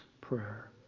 prayer